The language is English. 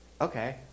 okay